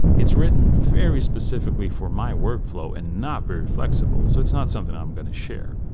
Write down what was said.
it's written very specifically for my workflow and not very flexible so it's not something i'm going to share.